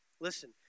listen